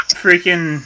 freaking